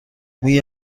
موی